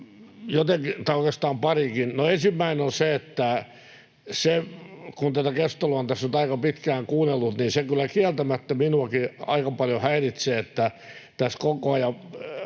— tai oikeastaan parikin. Ensimmäinen on se, että kun tätä keskustelua on tässä nyt aika pitkään kuunnellut, niin se kyllä kieltämättä minuakin aika paljon häiritsee, että tässä koko ajan